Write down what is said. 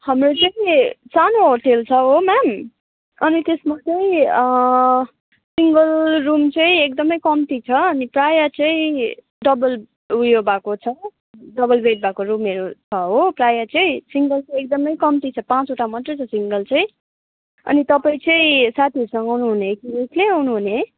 हाम्रो चाहिँ सानो होटल छ हो म्याम अनि त्यसमा चाहिँ सिङ्गल रुम चाहिँ एकदमै कम्ती छ अनि प्रायः चाहिँ डबल उयो भएको छ डबल बेड भएको रुमहरू छ हो प्रायः चाहिँ सिङ्गल चाहिँ एकदमै कम्ती छ पाँचवटा मत्तै छ सिङ्गल चाहिँ अनि तपाईँ चाहिँ साथीहरूसँग आउनुहुने कि एक्लै आउनुहुने